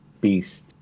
beast